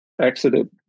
exited